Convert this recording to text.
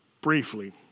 briefly